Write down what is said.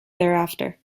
thereafter